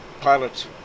pilots